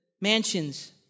mansions